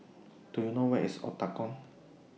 Do YOU know Where IS The Octagon